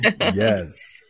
yes